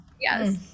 Yes